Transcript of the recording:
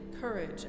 courage